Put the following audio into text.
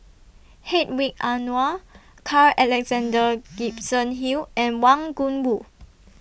Hedwig Anuar Carl Alexander Gibson Hill and Wang Gungwu